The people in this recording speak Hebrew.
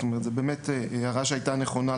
זוהי הערה שהייתה נכונה,